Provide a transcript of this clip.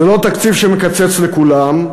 זה לא תקציב שמקצץ לכולם,